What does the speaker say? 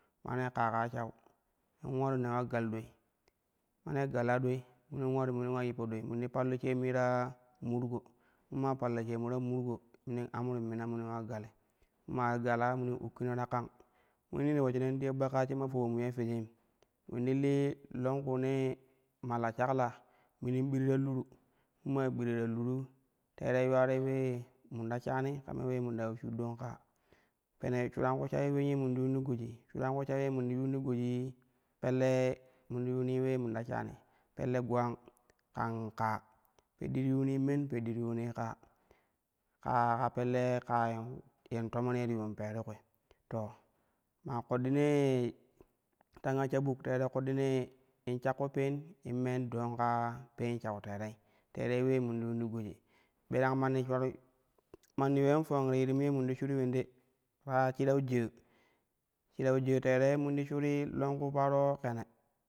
Ma ne kaka shau ne ularu nen ula gal doi, ma nee gala doi nen waru munin ula yippo doi mun ti pallu sheemui ta murgo, mun ma palla sheemu ta murgo munin amrain mina munin ula gali maa gala munin ukkina ta kang, muni ti luejina in diya bak kaa sheema fowon mu ye figim, mun ti lii longkuunee maa la shakla munin ɓiri ta luru mun maa ɓira ta luru tere yuwarai uleenee mun ta shaani kan ulee mun ta shuɗɗan kaa pene shuran ku shawi ulen ye mun ti yuum ti goji, shurau ku shawi ye mun ti yuun to goji pelle mun ti yuni ule mum ta shani pelle gilang kan kaa, peddi ti yuunii men peddi ti yuunii kaa, kaa ka pelle kaa yeu toma ye ti yuum pee ti kuui to ma koɗɗine ye tanga sha tero koɗɗine in shakko peen in meen ɗong ka peen shau terei, terei ulee mun ti yuun ti goji birang manni manni kaa shirau jaa shirau jaa tere mun ti shurii longku paro kine.